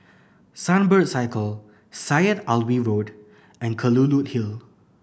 Sunbird Circle Syed Alwi Road and Kelulut Hill